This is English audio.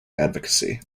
advocacy